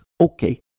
okay